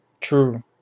True